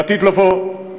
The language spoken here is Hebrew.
לעתיד לבוא,